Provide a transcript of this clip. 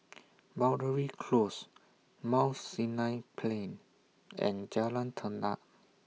Boundary Close Mount Sinai Plain and Jalan Tenang